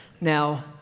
Now